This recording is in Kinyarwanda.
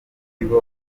nibo